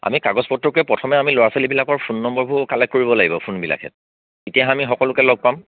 আমি কাগজ পত্ৰকে প্ৰথমে আমি ল'ৰা ছোৱালীবিলাকৰ ফোন নম্বৰবোৰ কালেক্ট কৰিব লাগিব ফোনবিলাকহে তেতিয়াহে আমি সকলোকে লগ পাম